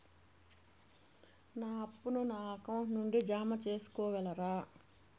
నా అప్పును నా అకౌంట్ నుండి జామ సేసుకోగలరా?